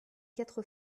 quatre